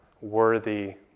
worthy